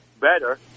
better